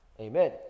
Amen